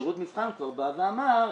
שירות מבחן כבר בא ואמר,